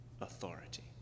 authority